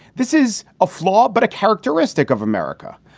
this is a flaw, but a characteristic of america.